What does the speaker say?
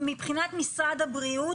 מבחינת משרד הבריאות,